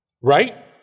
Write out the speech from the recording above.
Right